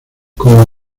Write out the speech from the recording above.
como